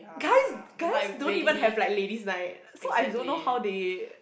guys guys don't even have like Ladies Night so I don't know how they